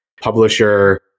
publisher